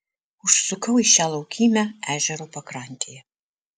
užsukau į šią laukymę ežero pakrantėje